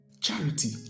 charity